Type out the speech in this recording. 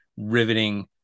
riveting